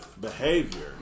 behavior